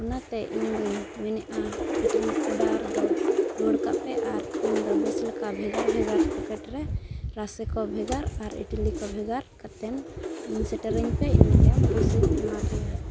ᱚᱱᱟᱛᱮ ᱤᱧᱫᱚᱧ ᱢᱮᱱᱮᱜᱼᱟ ᱮᱴᱞᱤ ᱚᱰᱟᱨᱫᱚ ᱨᱩᱣᱟᱹᱲ ᱠᱟᱜᱯᱮ ᱟᱨ ᱤᱧᱫᱚ ᱵᱮᱥ ᱞᱮᱠᱟ ᱵᱷᱮᱜᱟᱨᱼᱵᱷᱮᱜᱟᱨ ᱯᱚᱠᱮᱴᱨᱮ ᱨᱟᱥᱮᱠᱚ ᱵᱷᱮᱜᱟᱨ ᱟᱨ ᱮᱴᱞᱤᱠᱚ ᱵᱷᱮᱜᱟᱨ ᱠᱟᱛᱮᱫ ᱤᱧ ᱥᱮᱴᱮᱨᱟᱹᱧᱯᱮ ᱤᱱᱟᱹ ᱛᱟᱭᱚᱢ ᱯᱚᱭᱥᱟᱧ ᱮᱢᱟ ᱯᱮᱭᱟ